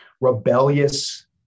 rebellious